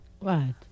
Right